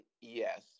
yes